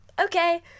okay